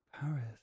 Paris